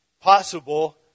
possible